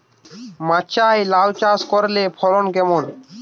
মাচায় লাউ চাষ করলে ফলন কেমন?